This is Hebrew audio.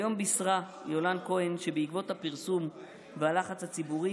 היום בישרה יולן כהן שבעקבות הפרסום והלחץ הציבורי,